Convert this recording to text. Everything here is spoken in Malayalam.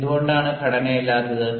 എന്തുകൊണ്ടാണ് ഘടനയില്ലാത്തത്